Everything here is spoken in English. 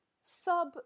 sub